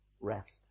Rest